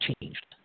changed